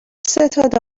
ستاد